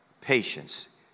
Patience